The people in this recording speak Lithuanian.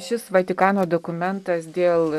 šis vatikano dokumentas dėl